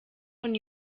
von